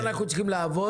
ועל זה אנחנו צריכים לעבוד.